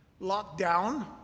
lockdown